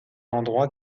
endroits